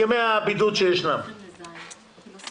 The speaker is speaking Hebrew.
בתקופת הבידוד שלגביהם הודיע משרד הבריאות למנהל